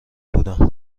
بودم